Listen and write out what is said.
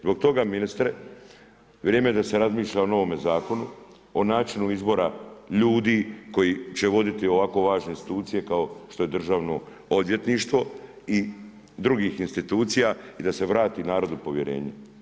Zbog toga ministre, vrijeme je da se razmišlja o novome zakonu, o načinu izbora ljudi koji će voditi ovako važne institucije kao što je državno odvjetništvo i drugih institucija i da se vrati narodu povjerenje.